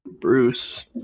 Bruce